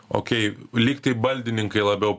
okei lyg tai baldininkai labiau